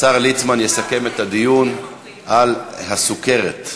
השר ליצמן יסכם את הדיון על הסוכרת.